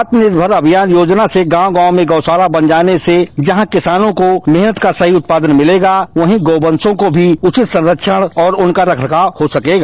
आत्मनिर्भर अभियान योजना से गांव गांव गौशाला बन जाने से जहां किसानों की मेहनत का सही उत्पादन मिलेगा वही गौवंशों को भी उचित संरक्षण उनका रखरखाव हो सकेगा